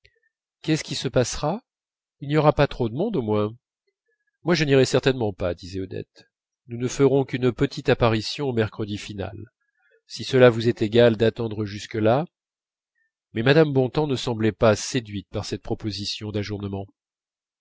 qu'est-ce qui se passera il n'y aura pas trop de monde au moins moi je n'irai certainement pas disait odette nous ne ferons qu'une petite apparition au mercredi final si cela vous est égal d'attendre jusque-là mais mme bontemps ne semblait pas séduite par cette proposition d'ajournement